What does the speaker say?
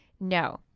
no